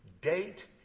date